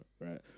right